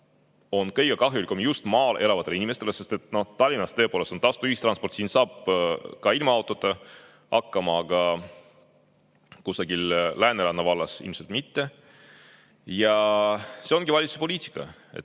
on kõige kahjulikum just maal elavatele inimestele, sest Tallinnas tõepoolest on tasuta ühistransport, siin saab ka ilma autota hakkama, aga kusagil Lääneranna vallas ilmselt mitte. See ongi valitsuse poliitika.